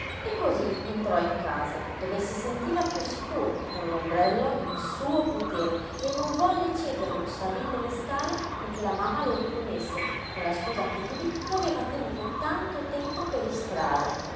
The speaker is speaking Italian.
e cosí entrò in casa dove si sentiva piú sicura con l'ombrello in suo potere e non volle cederlo salite le scale perché la mamma lo riponesse con la scusa che didí lo aveva tenuto tanto tempo per istrada